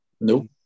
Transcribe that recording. Nope